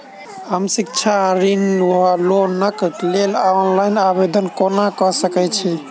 हम शिक्षा ऋण वा लोनक लेल ऑनलाइन आवेदन कोना कऽ सकैत छी?